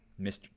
Mr